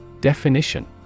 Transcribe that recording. Definition